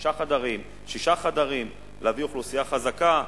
חמישה חדרים, שישה חדרים, להביא אוכלוסייה חזקה.